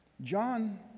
John